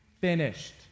finished